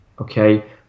okay